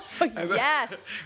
Yes